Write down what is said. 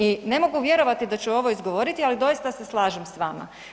I ne mogu vjerovati da ću ovo izgovoriti, ali doista se slažem s vama.